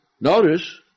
notice